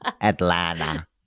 Atlanta